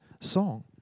song